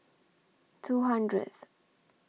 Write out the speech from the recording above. two hundredth